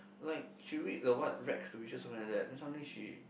like she read the what Rags to riches something like that then suddenly she